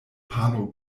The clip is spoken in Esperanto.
pano